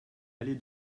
aller